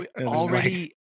already